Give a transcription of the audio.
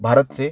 भारत से